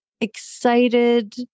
excited